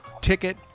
ticket